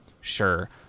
sure